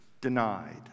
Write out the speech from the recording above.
denied